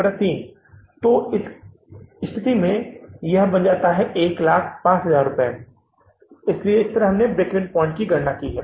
13 इसलिए यह यहां 105000 रुपये के रूप में बन जाएगा इसलिए हमने ब्रेक ईवन बिंदु की गणना की है